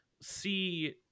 see